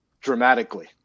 dramatically